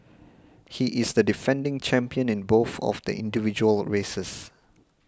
he is the defending champion in both of the individual races